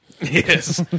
Yes